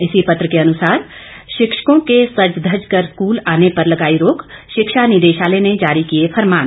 इसी पत्र के अनुसार शिक्षकों के सज धज कर स्कूल आने पर लगाई रोक शिक्षा निदेशालय ने जारी किए फरमान